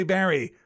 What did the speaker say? Barry